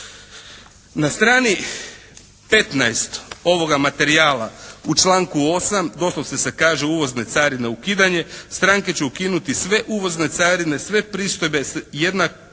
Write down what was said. Na strani 15 ovoga materijala u članku 8. doslovce se kaže uvozne carine ukidanje, stranke će ukinuti sve uvozne carine, sve pristojbe s jednakim